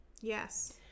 yes